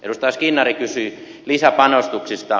edustaja skinnari kysyi lisäpanostuksista